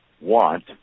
want